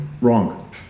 wrong